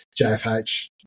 JFH